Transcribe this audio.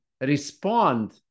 respond